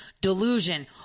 delusion